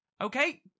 okay